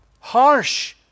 harsh